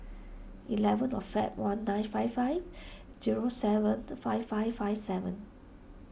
eleven of Feb one nine five five zero seven five five five seven